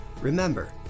Remember